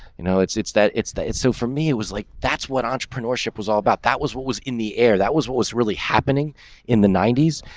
you know, it's it's that it's that it's so for me it was like that's what entrepreneurship was all about. that was what was in the air. that was what was really happening in the nineties,